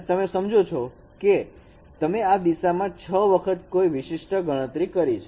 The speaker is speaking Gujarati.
અને તમે સમજો છો કે તમે આ દિશામાં છ વખત કોઈ વિશિષ્ટ ગણતરી કરી છે